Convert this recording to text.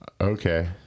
Okay